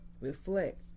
reflect